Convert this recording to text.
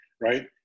right